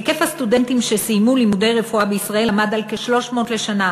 היקף הסטודנטים שסיימו לימודי רפואה בישראל עמד על כ-300 לשנה,